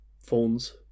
phones